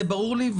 זה ברור לי.